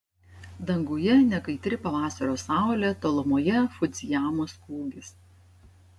danguje nekaitri pavasario saulė tolumoje fudzijamos kūgis